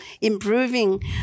improving